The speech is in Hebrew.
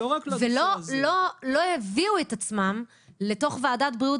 הם לא הביאו את עצמם לתוך וועדת הבריאות